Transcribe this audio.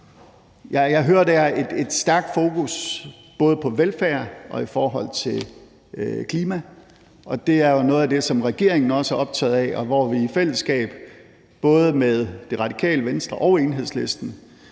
Jeg hører dér et stærkt fokus både på velfærd og i forhold til klima, og det er jo noget af det, som regeringen også er optaget af, og hvor vi i fællesskab med både Det Radikale Venstre og Enhedslisten